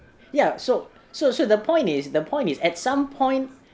ya so so so the point is the point is at some point